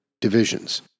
divisions